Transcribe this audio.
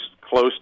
close